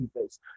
face